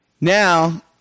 Now